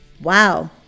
wow